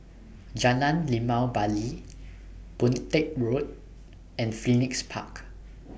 Jalan Limau Bali Boon Teck Road and Phoenix Park